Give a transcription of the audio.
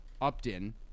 Upton